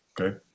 Okay